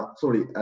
sorry